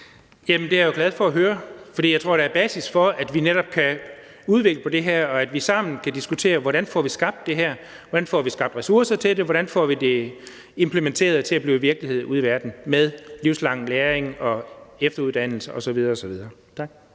Det er jeg glad for at høre, for jeg tror, der er basis for, at vi netop kan udvikle på det her, at vi sammen kan diskutere, hvordan vi får skabt det, hvordan vi får skabt ressourcer til det, hvordan vi får det her med livslang læring, efteruddannelse osv.